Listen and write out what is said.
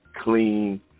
clean